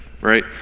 right